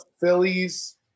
Phillies